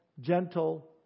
gentle